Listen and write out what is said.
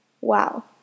Wow